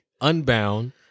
Unbound